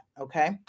Okay